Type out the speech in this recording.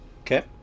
Okay